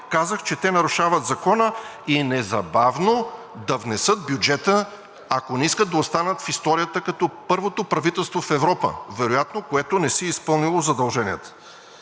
казах, че те нарушават закона и незабавно да внесат бюджета, ако не искат да останат в историята като първото правителство в Европа вероятно, което не си е изпълнило задълженията.